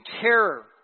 terror